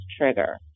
trigger